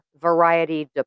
variety